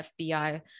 FBI